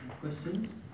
Questions